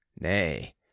nay